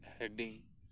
heading